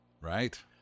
Right